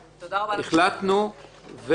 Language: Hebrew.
החלטנו,